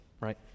right